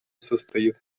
состоит